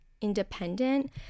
independent